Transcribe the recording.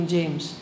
James